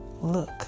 Look